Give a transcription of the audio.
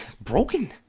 Broken